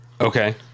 Okay